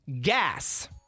Gas